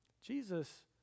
Jesus